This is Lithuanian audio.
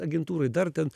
agentūrai dar ten